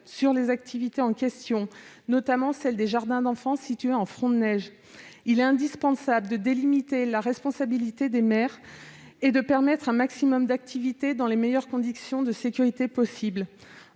sur les activités en question, notamment celle des jardins d'enfants situés en front de neige. Il est indispensable de délimiter la responsabilité des maires et de permettre un maximum d'activités dans les meilleures conditions de sécurité possible.